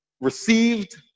received